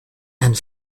and